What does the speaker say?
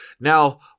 Now